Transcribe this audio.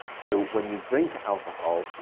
so when you drink alcohol,